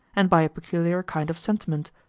and by a peculiar kind of sentiment,